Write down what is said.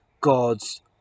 God's